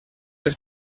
les